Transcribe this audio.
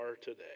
today